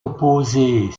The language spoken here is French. opposer